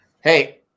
hey